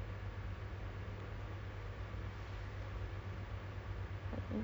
why you need cert for that if you just gonna be a private tutor I don't I don't really see the need